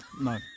No